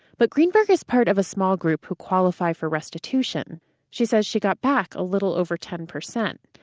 but greenberg is part of a small group who qualified for restitution she says she got back a little over ten percent.